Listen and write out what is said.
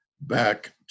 back